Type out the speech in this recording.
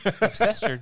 Obsessed